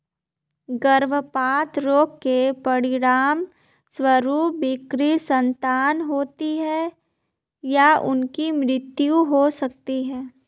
गर्भपात रोग के परिणामस्वरूप विकृत संतान होती है या उनकी मृत्यु हो सकती है